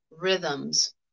rhythms